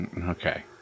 Okay